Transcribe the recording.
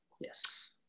Yes